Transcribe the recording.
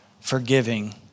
forgiving